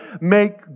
make